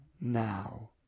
now